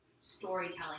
storytelling